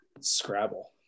Scrabble